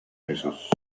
jesús